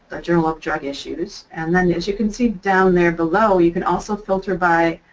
the journal of drug issues. and then as you can see down there below you can also filter by.